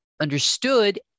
understood